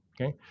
okay